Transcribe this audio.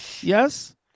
yes